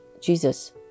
Jesus